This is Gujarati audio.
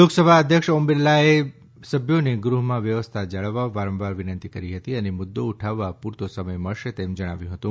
લોકસભા અધ્યક્ષ ઓમ બિરલએ સભ્યોને ગૃહમાં વ્યવસ્થા જાળવવા વારંવાર વિનંતી કરી હતી અને મુદ્દો ઉઠાવવા પૂરતો સમય મળશે તેમ જણાવ્યું હતું